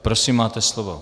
Prosím, máte slovo.